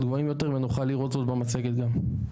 גבוהים יותר ונוכל לראות זאת במצגת גם.